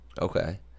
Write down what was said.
Okay